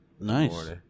Nice